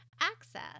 access